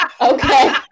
Okay